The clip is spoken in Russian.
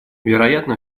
вероятно